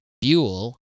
Buell